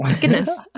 Goodness